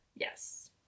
Yes